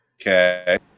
Okay